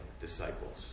disciples